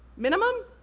minimum?